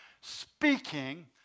speaking